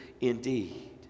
indeed